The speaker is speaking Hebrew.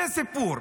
זה הסיפור.